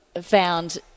Found